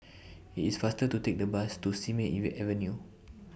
IT IS faster to Take The Bus to Simei even Avenue